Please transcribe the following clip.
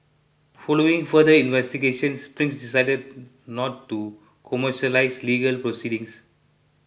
following further investigations Spring decided not to commercialize legal proceedings